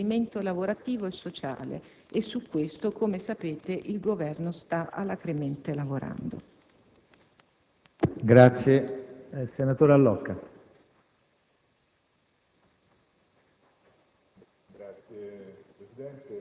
che agevoli i percorsi legali di inserimento lavorativo e sociale. Su questo, come sapete, il Governo sta alacremente lavorando.